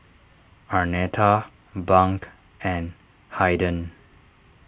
Arnetta Bunk and Haiden